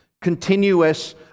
continuous